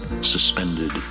suspended